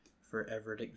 forever